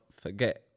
forget